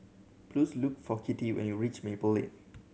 please look for Kittie when you reach Maple Lane